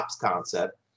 concept